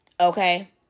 Okay